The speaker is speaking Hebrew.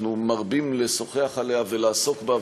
שאנחנו מרבים לשוחח עליה ולעסוק בה,